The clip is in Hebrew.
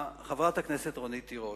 חברת הכנסת רונית תירוש,